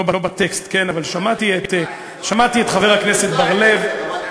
לא בטקסט, כן, אבל שמעתי את חבר הכנסת בר-לב,